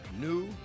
new